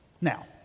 Now